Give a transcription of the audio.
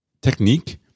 technique